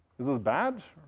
is this bad?